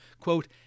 quote